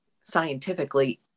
scientifically